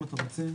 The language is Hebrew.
אם אתם רוצה,